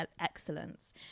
excellence